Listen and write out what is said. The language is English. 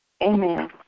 Amen